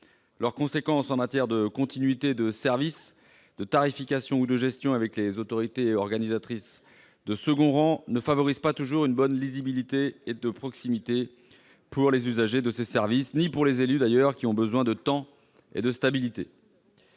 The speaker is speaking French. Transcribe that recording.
Les conséquences en matière de continuité de service, de tarification ou de gestion avec les autorités organisatrices de second rang ne favorisent pas toujours une bonne lisibilité ni une proximité satisfaisante pour les usagers de ces services et pour les élus, qui ont besoin de temps et de stabilité.